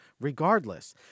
regardless